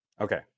Okay